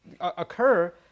occur